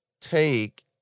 take